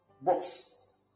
Box